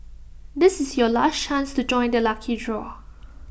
this is your last chance to join the lucky draw